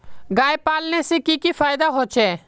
गाय पालने से की की फायदा होचे?